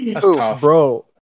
Bro